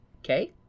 Okay